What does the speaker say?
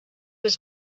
was